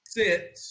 sit